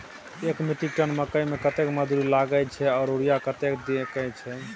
एक metric tonne मकई में कतेक मजदूरी लगे छै आर यूरिया कतेक देके छै?